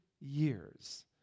years